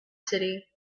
city